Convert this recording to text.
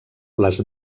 les